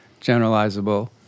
generalizable